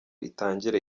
itangire